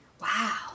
Wow